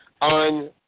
on